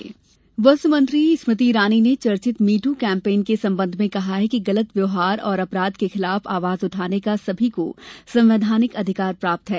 स्मृति ईरानी वस्त्र मंत्री स्मृति ईरानी ने चर्चित मी टू कैंपेन के संबंध में कहा है कि गलत व्यव्हार और अपराध के खिलाफ आवाज उठाने का सभी को संवैधानिक अधिकार प्राप्त है